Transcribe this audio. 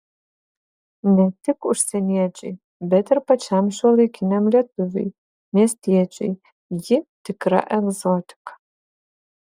ne tik užsieniečiui bet ir pačiam šiuolaikiniam lietuviui miestiečiui ji tikra egzotika